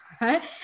right